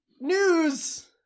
news